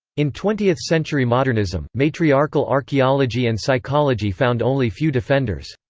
in twentieth century modernism, matriarchal archeology and psychology found only few defenders.